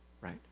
Right